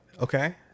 okay